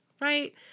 right